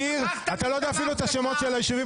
------ אתה לא יודע אפילו את השמות של היישובים,